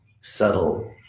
subtle